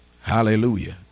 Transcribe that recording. Hallelujah